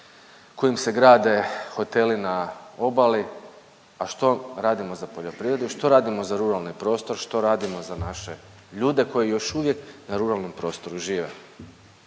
kojim se grade hoteli na obali, a što radimo za poljoprivredu i što radimo za ruralni prostor, što radimo za naše ljude koji još uvijek na ruralnom prostoru žive?